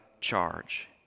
charge